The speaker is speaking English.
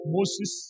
Moses